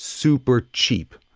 super cheap,